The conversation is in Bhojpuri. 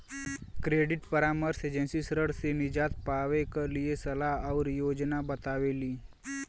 क्रेडिट परामर्श एजेंसी ऋण से निजात पावे क लिए सलाह आउर योजना बतावेली